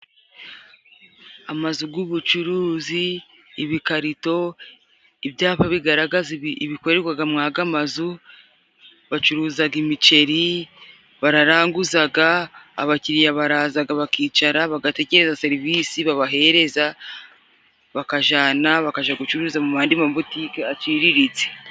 Amazu g'ubucuruzi, ibikarito, ibyapa bigaragaza ibikorerwaga muri aga mazu. Bacuruzaga imiceri, bararanguzaga. Abakiriya barazaga bakicara, bagategereza serivisi babahereza, bakajana bakaja gucuruza mu gandi mabutiki gaciriritse.